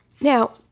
Now